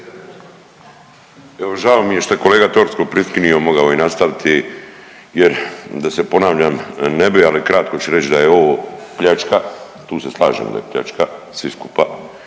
Evo žao mi je što je kolega …/Govornik se ne razumije./… prikinio mogao je nastaviti jer da se ponavljam ne bi ali kratko ću reći da je ovo pljačka, tu se slažemo da je pljačka, svi skupa.